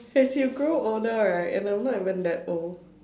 as you grow older right and I'm not even that old